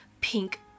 pink